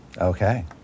Okay